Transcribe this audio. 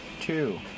Two